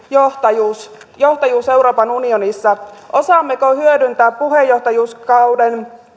johtajuus johtajuus euroopan unionissa osaammeko hyödyntää puheenjohtajuuskauden